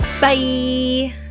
Bye